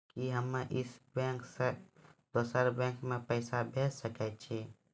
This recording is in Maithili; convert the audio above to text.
कि हम्मे इस बैंक सें दोसर बैंक मे पैसा भेज सकै छी?